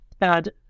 And-